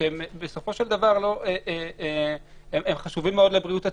שבסופו של דבר הם חשובים מאוד לבריאות הציבור.